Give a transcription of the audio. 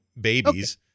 babies